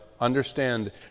understand